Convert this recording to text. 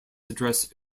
address